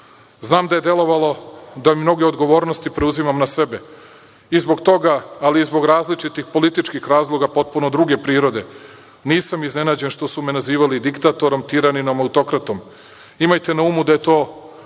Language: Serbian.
da je delovalo da mnoge odgovornosti preuzimam na sebe i zbog toga, ali i zbog različitih političkih razloga potpuno druge prirode, nisam iznenađen što su me nazivali diktatorom, tiraninom, autokratom. Imajte na umu da je to